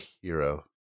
hero